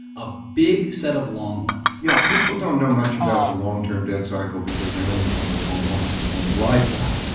a big set of long ones? yeah, people don't know much about the long-term debt cycle because they only come around once in one's lifetime,